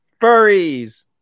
Furries